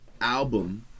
album